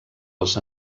els